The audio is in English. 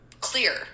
clear